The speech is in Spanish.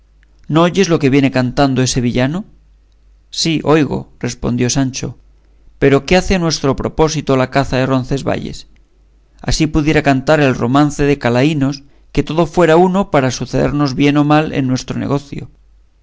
no oyes lo que viene cantando ese villano sí oigo respondió sancho pero qué hace a nuestro propósito la caza de roncesvalles así pudiera cantar el romance de calaínos que todo fuera uno para sucedernos bien o mal en nuestro negocio